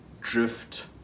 drift